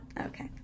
okay